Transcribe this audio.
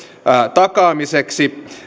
takaamiseksi